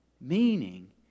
meaning